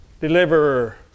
Deliverer